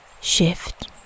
Shift